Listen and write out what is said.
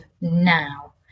now